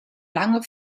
lange